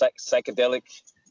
psychedelic